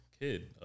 kid